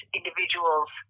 individuals